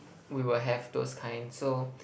we will have those kind so